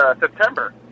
September